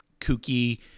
kooky